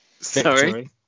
sorry